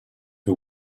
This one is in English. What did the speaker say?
who